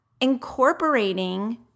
incorporating